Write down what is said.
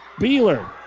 Beeler